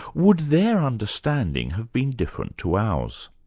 would their understanding have been different to ours?